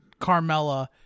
Carmella